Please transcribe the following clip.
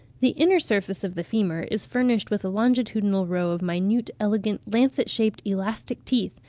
the inner surface of the femur is furnished with a longitudinal row of minute, elegant, lancet-shaped, elastic teeth,